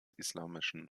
islamischen